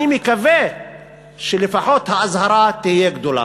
אני מקווה שלפחות האזהרה תהיה גדולה.